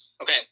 Okay